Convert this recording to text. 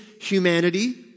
humanity